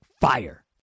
FIRE